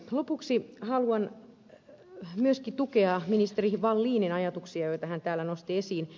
lopuksi haluan myöskin tukea ministeri wallinin ajatuksia joita hän täällä nosti esiin